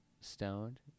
stoned